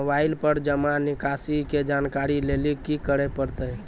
Mobile पर जमा निकासी के जानकरी लेली की करे परतै?